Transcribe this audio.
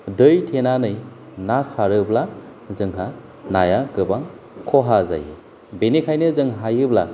दै थेनानै ना सारोब्ला जोंहा नाया गोबां खहा जायो बेनिखायनो जों हायोब्ला